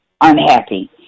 unhappy